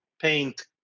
paint